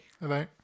Hello